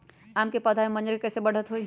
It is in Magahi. आम क पौधा म मजर म कैसे बढ़त होई?